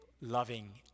loving